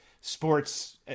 sports